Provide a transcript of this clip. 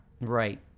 Right